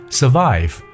survive